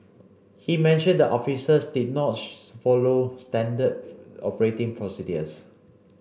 he mentioned the officers did not follow standard operating procedures